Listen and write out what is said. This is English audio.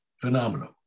phenomenal